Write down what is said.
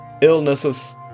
illnesses